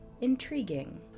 intriguing